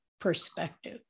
perspective